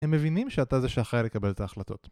הם מבינים שאתה זה שאחראי לקבל את ההחלטות